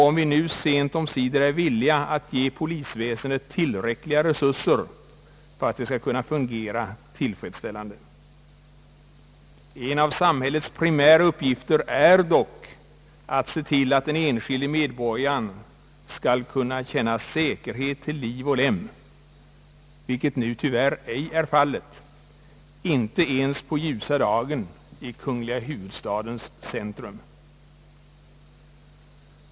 Är vi nu sent omsider villiga att ge polisväsendet tillräckliga resurser för att det skall kunna fungera tillfredsställande? En av samhällets primära uppgifter är dock att se till att den enskilde medborgaren skall kunna känna säkerhet till liv och lem, vilket nu tyvärr ej är fallet — inte ens på ljusa dagen i kungl. huvudstadens centrum.